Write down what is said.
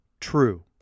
true